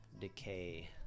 Decay